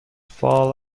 fall